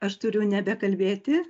aš turiu nebekalbėti